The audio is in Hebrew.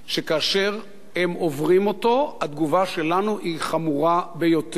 שכאשר הם עוברים אותו התגובה שלנו היא חמורה ביותר.